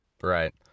Right